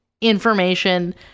information